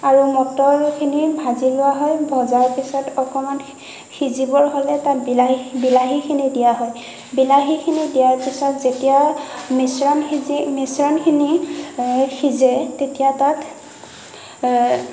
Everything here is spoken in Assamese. আৰু মটৰখিনি ভাজি লোৱা হয় ভজাৰ পিছত অকণমান সিজিবৰ হ'লে তাত বিলাহী বিলাহীখিনি দিয়া হয় বিলাহীখিনি দিয়াৰ পিছত যেতিয়া মিশ্ৰণ সিজি মিশ্ৰণখিনি সিজে তেতিয়া তাত